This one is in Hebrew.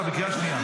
אתה בקריאה שנייה.